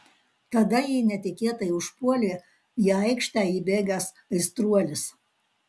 tada jį netikėtai užpuolė į aikštę įbėgęs aistruolis